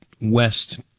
West